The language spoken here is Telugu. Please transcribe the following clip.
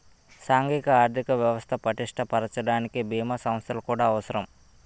సాంఘిక ఆర్థిక వ్యవస్థ పటిష్ట పరచడానికి బీమా సంస్థలు కూడా అవసరం